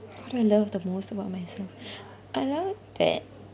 what do I love the most about myself I love that